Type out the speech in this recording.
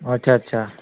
अच्छा अच्छा